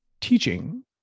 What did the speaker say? teaching